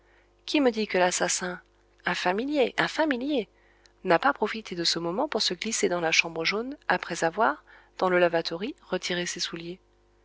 qui me dit que l'assassin un familier un familier n'a pas profité de ce moment pour se glisser dans la chambre jaune après avoir dans le lavatory retiré ses souliers